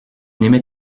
aimait